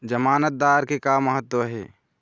जमानतदार के का महत्व हे?